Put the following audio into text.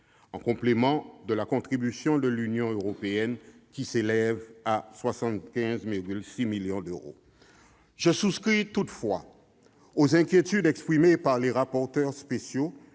en complément de la contribution de l'Union européenne, qui s'élève à 75,6 millions d'euros. Je souscris toutefois aux inquiétudes exprimées par les rapporteurs spéciaux